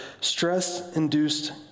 stress-induced